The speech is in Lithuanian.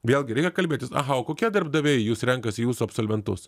vėlgi reikia kalbėtis aha o kokie darbdaviai jus renkasi jūsų absolventus